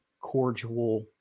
cordial